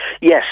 Yes